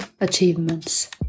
achievements